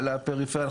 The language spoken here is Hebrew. לפריפריה.